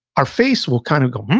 our face will kind of go,